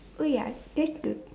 oh ya that's good